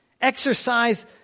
exercise